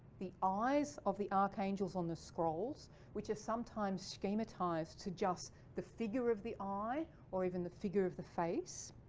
the eyes of the archangels on the scrolls which are sometimes schematized to just the figure of the eye or even the figure of the face,